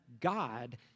God